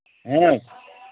آ